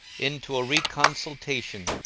into a reconsultation,